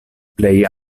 plej